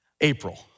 April